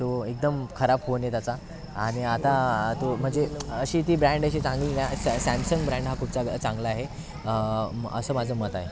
तो एकदम खराब फोन आहे त्याचा आणि आता तो म्हणजे अशी ती ब्रँड अशी चांगली नाही आहे सॅमसंग ब्रँड हा खूप चांग चांगला आहे असं माझं मत आहे